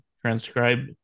transcribe